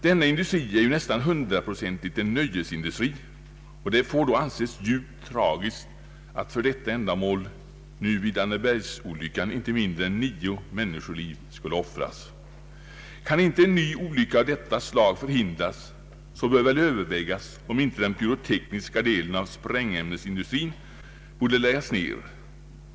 Denna industri är ju nästan hundraprocentigt en nöjesindustri, och det får då anses djupt tragiskt att för detta ändamål nu vid Annebergsolyckan inte mindre än nio människoliv skulle offras. Kan inte en ny olycka av detta slag förhindras, så bör väl övervägas om inte den pyrotekniska delen av sprängämnesindustrin borde läggas ned.